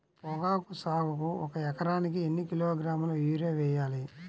పొగాకు సాగుకు ఒక ఎకరానికి ఎన్ని కిలోగ్రాముల యూరియా వేయాలి?